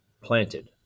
planted